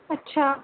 اچھا